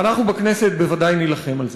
ואנחנו בכנסת בוודאי נילחם על זה.